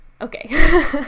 okay